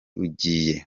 ugiye